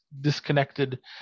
disconnected